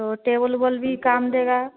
तो टेबल उबल भी काम देगा